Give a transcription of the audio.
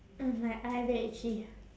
mm my eye very itchy